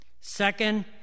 Second